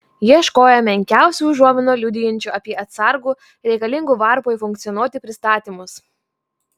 ieškojo menkiausių užuominų liudijančių apie atsargų reikalingų varpui funkcionuoti pristatymus